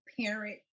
parent